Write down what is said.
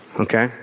okay